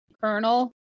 Colonel